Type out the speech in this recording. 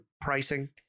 pricing